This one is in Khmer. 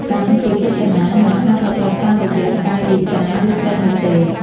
កម្ម ជាចេតនា មិនថាប្រព្រឹត្តតាមរយៈ កាយ វាចា ឬ ចិត្ត នោះទេ។